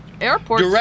airport